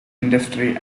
industry